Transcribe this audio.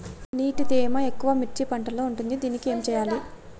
నీటి తేమ ఎక్కువ మిర్చి పంట లో ఉంది దీనికి ఏం చేయాలి?